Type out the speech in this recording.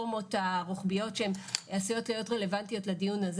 שאלון רפואי שהמלש"ב ממלא,